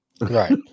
Right